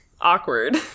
awkward